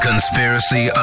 Conspiracy